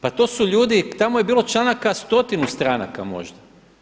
Pa to su ljudi, tamo je bilo članaka stotinu stranaka možda.